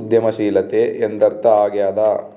ಉದ್ಯಮಶೀಲತೆ ಎಂದರ್ಥ ಆಗ್ಯಾದ